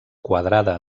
quadrada